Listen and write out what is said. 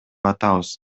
атабыз